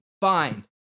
Fine